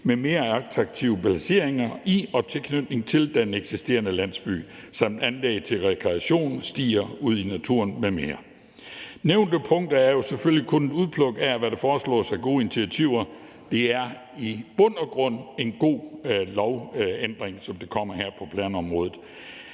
med mere attraktive placeringer i og i tilknytning til den eksisterende landsby samt anlæg til rekreation, stier ud i naturen m.m. De nævnte punkter er selvfølgelig kun et udpluk af, hvad der foreslås af gode initiativer. Det er i bund og grund en god lovændring, der kommer her på planområdet.